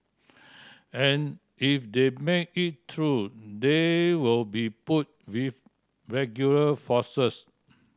and if they make it through they will be put with regular forces